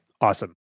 Awesome